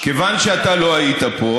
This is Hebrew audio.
כיוון שאתה לא היית פה,